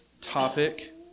topic